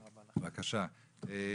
בבקשה,